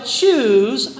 choose